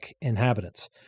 inhabitants